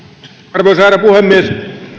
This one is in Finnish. arvoisa puhemies